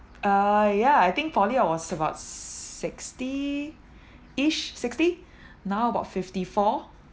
uh yeah I think poly I was about sixty-ish sixty now about fifty four